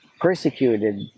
persecuted